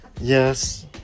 Yes